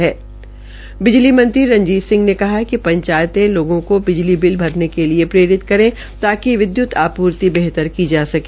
हरियाणा के बिजली मंत्री श्री रणजीत सिंह ने कहा कि पंचायतें लोगों को बिजली बिल भरने के लिए प्रेरित करें ताकि विधृत आपूर्ति बेहतर की जा सके